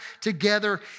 together